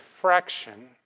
fraction